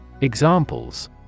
Examples